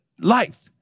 life